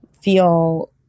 feel